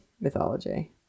mythology